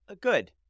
good